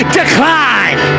decline